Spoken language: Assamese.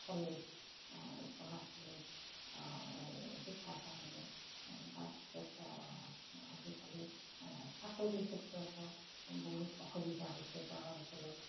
কলেজ উচ্চ মাধ্যমিক শিক্ষাৰ কাৰণে তাৰ পিছত আজিকালি চাকৰিৰ ক্ষেত্ৰতো বহুত অসুবিধা হৈছে গাঁও অঞ্চলত